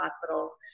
hospitals